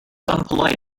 unpolite